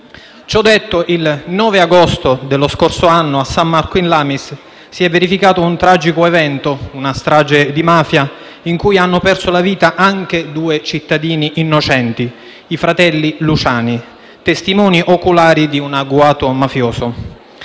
Ciò detto, il 9 agosto dello scorso anno, a San Marco in Lamis si è verificato un tragico evento, una strage di mafia, in cui hanno perso la vita anche due cittadini innocenti, i fratelli Luciani, testimoni oculari di un agguato mafioso.